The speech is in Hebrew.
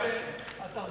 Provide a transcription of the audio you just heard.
שמספריהן 379,